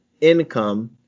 income